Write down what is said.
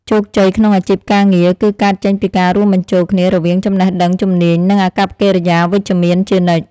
ជោគជ័យក្នុងអាជីពការងារ គឺកើតចេញពីការរួមបញ្ចូលគ្នារវាងចំណេះដឹង ជំនាញ និងអាកប្បកិរិយាវិជ្ជមានជានិច្ច។